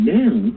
now